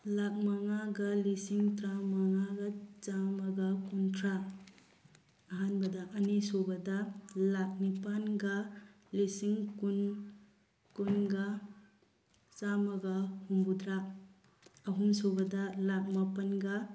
ꯂꯥꯈ ꯃꯉꯥꯒ ꯂꯤꯁꯤꯡ ꯇꯔꯥꯃꯉꯥꯒ ꯆꯥꯝꯃꯒ ꯀꯨꯟꯊ꯭ꯔꯥ ꯑꯍꯥꯟꯕꯗ ꯑꯅꯤꯁꯨꯕꯗ ꯂꯥꯈ ꯅꯤꯄꯥꯟꯒ ꯂꯤꯁꯤꯡ ꯀꯨꯟ ꯀꯨꯟꯒ ꯆꯥꯝꯃꯒ ꯍꯨꯝꯐꯨꯗ꯭ꯔꯥ ꯑꯍꯨꯝꯁꯨꯕꯗ ꯂꯥꯈ ꯃꯄꯥꯟꯒ